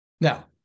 Now